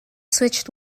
switched